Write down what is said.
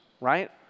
right